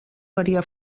varia